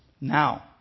now